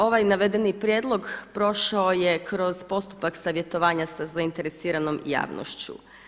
Ovaj navedeni prijedlog prošao je kroz postupak savjetovanja sa zainteresiranom javnošću.